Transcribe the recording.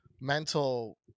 mental